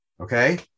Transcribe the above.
Okay